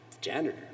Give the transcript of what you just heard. janitor